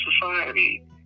society